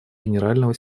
генерального